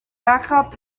backup